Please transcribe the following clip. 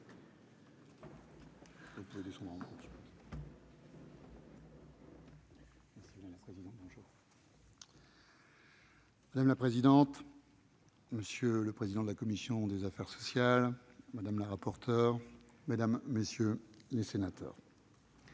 Madame la présidente, monsieur le vice-président de la commission des affaires sociales, madame la rapporteure, mesdames, messieurs les sénateurs,